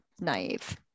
naive